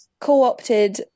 co-opted